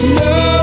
no